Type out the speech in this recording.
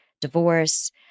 divorce